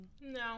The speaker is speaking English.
No